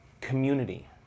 community